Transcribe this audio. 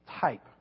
type